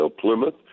Plymouth